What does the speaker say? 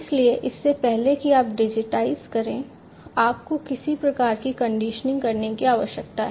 इसलिए इससे पहले कि आप डिजिटाइज़ करें आपको किसी प्रकार की कंडीशनिंग करने की आवश्यकता है